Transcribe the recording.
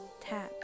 tap